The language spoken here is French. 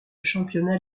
championnat